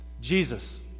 Jesus